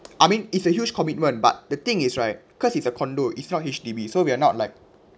I mean it's a huge commitment but the thing is right cause it's a condo it's not H_D_B so we are not like